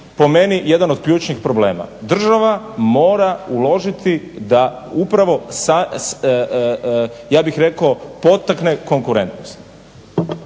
po meni jedan od ključnih problema. Država mora uložiti da upravo ja bih rekao potakne konkurentnost.